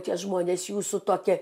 tie žmonės jūsų tokį